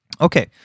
Okay